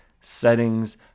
settings